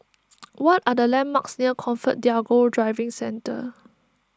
what are the landmarks near ComfortDelGro Driving Centre